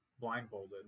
blindfolded